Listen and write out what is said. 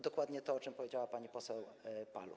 Dokładnie to, o czym powiedziała pani poseł Paluch.